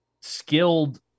skilled